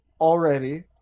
already